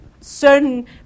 certain